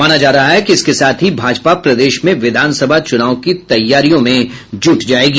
माना जा रहा है कि इसके साथ ही भाजपा प्रदेश में विधानसभा चुनाव की तैयारी में जुट जायेगी